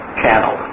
channel